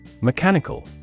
Mechanical